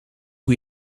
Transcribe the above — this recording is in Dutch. hoe